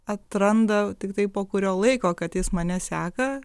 atranda tiktai po kurio laiko kad jis mane seka